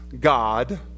God